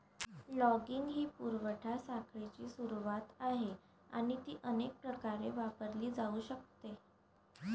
logging ही पुरवठा साखळीची सुरुवात आहे आणि ती अनेक प्रकारे वापरली जाऊ शकते